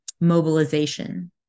mobilization